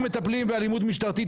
אם מטפלים באלימות משטרתית,